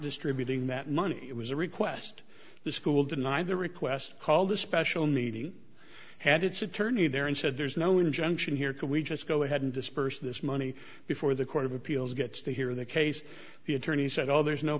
distributing that money it was a request the school deny the request called a special meeting and it's attorney there and said there's no injunction here can we just go ahead and disperse this money before the court of appeals gets to hear the case the attorney said all there is no